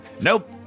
Nope